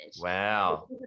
Wow